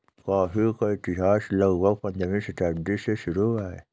coffee का इतिहास लगभग पंद्रहवीं शताब्दी से शुरू हुआ है